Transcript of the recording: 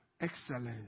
excellence